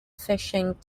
fishing